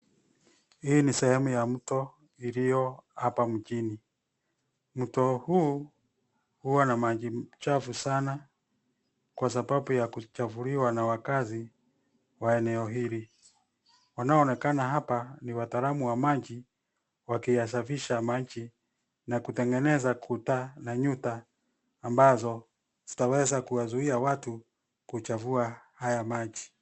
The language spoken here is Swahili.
Hii ni sehemu ya mto iliyo hapa mjini. Mto huu, huwa na maji chafu sana kwa sababu ya kuchafuliwa na wakazi wa eneo hili. Wanaonekana hapa ni wataalamu wa maji wakiyasafisha maji na kutengeneza kuta na nyuta ambazo zitaweza kuwazuia watu kuchafua haya maji.